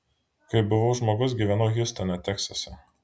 kai buvau žmogus gyvenau hjustone teksase